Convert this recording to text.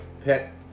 pet